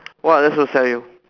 what are they supposed to sell you